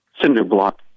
cinder-block